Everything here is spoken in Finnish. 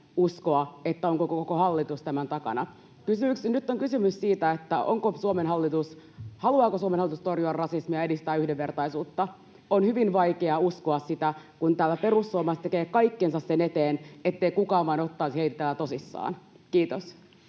uskoa, että koko hallitus on tämän takana. Nyt on kysymys siitä, haluaako Suomen hallitus torjua rasismia ja edistää yhdenvertaisuutta. On hyvin vaikea uskoa sitä, kun täällä perussuomalaiset tekee kaikkensa sen eteen, ettei kukaan vain ottaisi heitä tosissaan. — Kiitos.